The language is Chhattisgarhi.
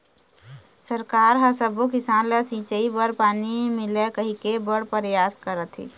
सरकार ह सब्बो किसान ल सिंचई बर पानी मिलय कहिके बड़ परयास करत हे